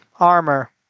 armor